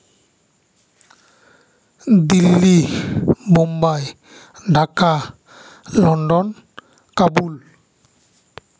Delhi Bombay Dhaka London Kabul